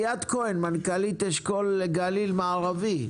לי-את כהן, מנכ"לית אשכול גליל מערבי.